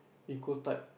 equal type